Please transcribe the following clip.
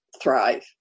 thrive